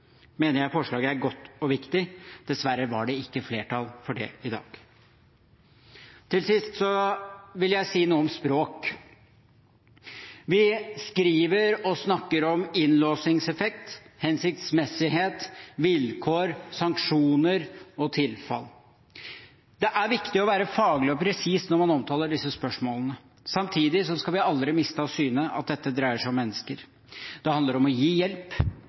mener jeg forslaget er godt og viktig. Dessverre var det ikke flertall for det i dag. Til sist vil jeg si noe om språk. Vi skriver og snakker om innlåsingseffekt, hensiktsmessighet, vilkår, sanksjoner og tilfall. Det er viktig å være faglig og presis når man omtaler disse spørsmålene. Samtidig skal vi aldri miste av syne at dette dreier seg om mennesker. Det handler om å gi hjelp,